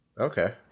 okay